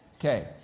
Okay